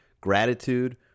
gratitude